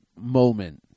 moment